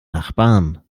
nachbarn